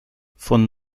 von